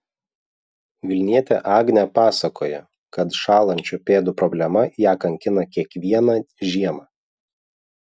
vilnietė agnė pasakoja kad šąlančių pėdų problema ją kankina kiekvieną žiemą